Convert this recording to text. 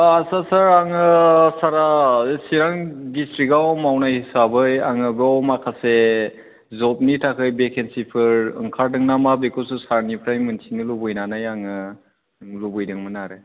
आदसा सार आङो सारआ चिरां डिसट्रिकआव मावनाय हिसाबै आङो बाव माखासे जबनि थाखाय भेकेन्सिफोर ओंखारदों नामा बेखौसो सारनिफ्राय मिथिनो लुबैनानै आङो लुबैदोंमोन आरो